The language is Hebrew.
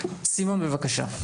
סימון, בבקשה.